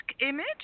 image